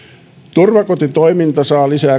turvakotitoiminta saa lisää